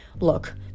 Look